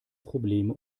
probleme